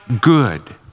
good